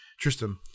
Tristan